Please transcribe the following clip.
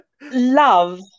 love